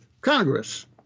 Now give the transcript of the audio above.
Congress